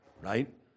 right